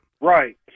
Right